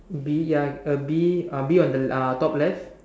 bee ya uh bee uh bee on the uh top left